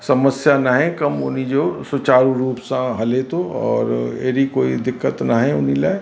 समस्या न आहे कमु हुनजो सुचारू रूप सां हले थो और अहिड़ी कोई दिक़त न आहे हुन लाइ